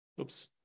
Oops